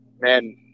man